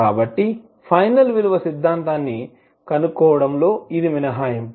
కాబట్టి ఫైనల్ విలువ సిద్ధాంతాన్ని కనుగొనడంలో ఇది మినహాయింపు